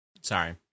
Sorry